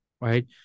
right